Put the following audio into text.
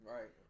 Right